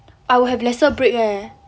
I'll have lesser break eh